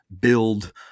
build –